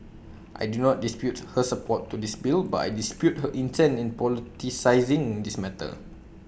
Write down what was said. I did not dispute her support to this bill but I dispute her intent in politicising this matter